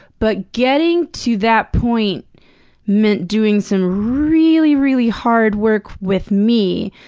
but getting to that point meant doing some really, really hard work with me,